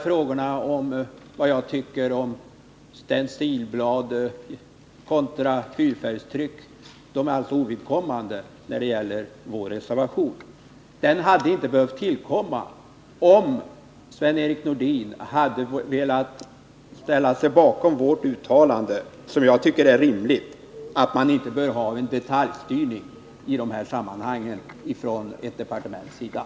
Frågorna om vad jag tycker om stencilblad kontra fyrfärgstryck är alltså ovidkommande när det gäller vår reservation. Reservationen hade inte behövt tillkomma, om Sven-Erik Nordin hade velat ställa sig bakom vårt uttalande, som jag tycker är rimligt, nämligen att man inte bör ha en detaljstyrning i de här sammanhangen från ett departements sida.